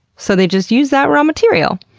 so they just use that raw material.